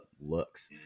looks